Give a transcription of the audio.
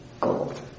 gold